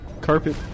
carpet